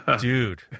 Dude